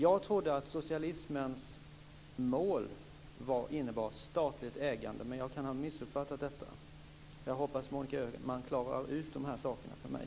Jag trodde att socialismens mål innebar statligt ägande, men jag kan ha missuppfattat detta. Jag hoppas att Monica Öhman klarar ut dessa saker för mig.